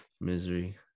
misery